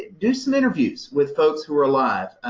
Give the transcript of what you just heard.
do some interviews with folks who are alive,